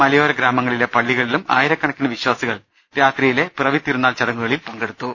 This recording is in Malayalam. മലയോര ഗ്രാമങ്ങളിലെ പള്ളികളിലും ആയിരക്കണക്കിനു വിശ്വാസികൾ രാത്രിയിലെ പിറവിത്തിരുനാൾ ചടങ്ങുകളിൽ പങ്കെടുത്തു